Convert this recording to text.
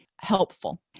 helpful